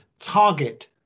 target